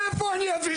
מאיפה אני אביא,